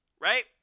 right